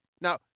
Now